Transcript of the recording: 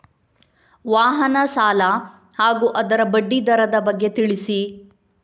ವಾಹನ ಸಾಲ ಹಾಗೂ ಅದರ ಬಡ್ಡಿ ದರದ ಬಗ್ಗೆ ತಿಳಿಸಿ?